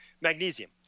Magnesium